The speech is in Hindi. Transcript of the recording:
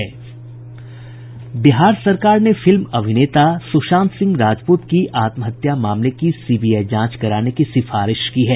बिहार सरकार ने फिल्म अभिनेता सुशांत सिंह राजपूत की आत्महत्या मामले की सीबीआई जांच कराने की सिफारिश की है